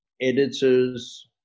editors